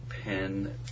pen